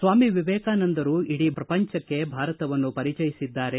ಸ್ನಾಮಿ ವಿವೇಕಾನಂದರು ಇಡೀ ಪ್ರಪಂಚಕ್ಕೆ ಭಾರತವನ್ನು ಪರಿಚಯಿಸಿದ್ದಾರೆ